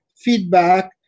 feedback